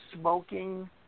smoking